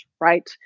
right